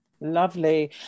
Lovely